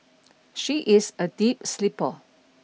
she is a deep sleeper